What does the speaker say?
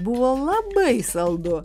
buvo labai saldu